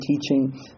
teaching